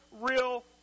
real